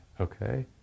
Okay